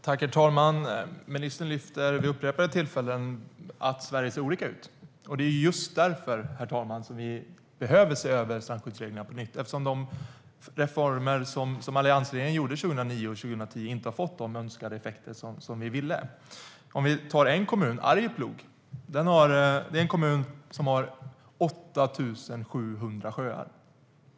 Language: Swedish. Herr talman! Ministern lyfter vid upprepade tillfällen fram att det ser olika ut i Sverige. Just därför behöver vi se över strandskyddsreglerna på nytt, eftersom de reformer som alliansregeringen gjorde 2009 och 2010 inte har fått de effekter som vi önskade. Vi kan ta en kommun, Arjeplog, som har 8 700 sjöar.